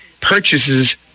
purchases